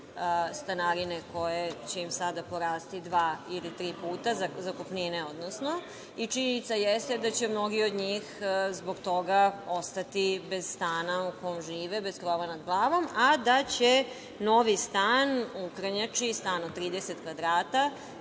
stanarine koje će im sada porasti dva ili tri puta, odnosno zakupnine i činjenica jeste da će mnogi od njih zbog toga ostati bez stana u kom žive, bez krova nad glavom, a da će novi stan u Krnjači, stan od 30 kvadrata